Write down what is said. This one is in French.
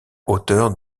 hauteur